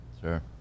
Sure